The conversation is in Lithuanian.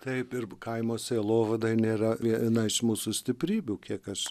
taip ir kaimo sielovada nėra viena iš mūsų stiprybių kiek aš